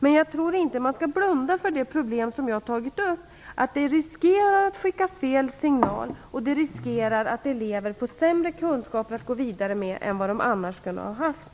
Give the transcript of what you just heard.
Men jag tror inte att vi skall blunda för det problem som jag har tagit upp, nämligen att man riskerar att skicka fel signal och att man riskerar att elever får sämre kunskaper att gå vidare med än vad de annars skulle ha haft.